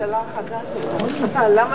אדוני